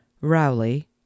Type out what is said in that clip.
Rowley